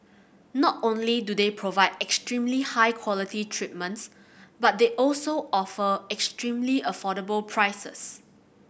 not only do they provide extremely high quality treatments but they also offer extremely affordable prices